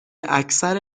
اکثر